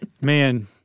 Man